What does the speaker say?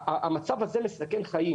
המצב הזה מסכן חיים,